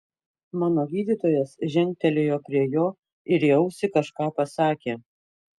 mano gydytojas žengtelėjo prie jo ir į ausį kažką pasakė